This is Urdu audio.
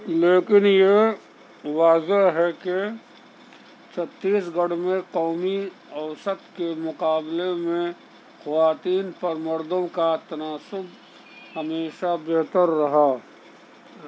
لیکن یہ واضح ہے کہ چھتیس گڑھ میں قومی اوسط کے مقابلے میں خواتین پر مردوں کا تناسب ہمیشہ بہتر رہا